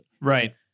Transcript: right